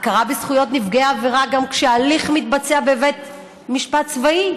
הכרה בזכויות נפגעי עבירה גם כשההליך מתבצע בבית משפט צבאי,